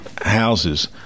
houses